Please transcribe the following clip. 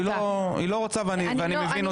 היא לא רוצה ואני מבין אותה,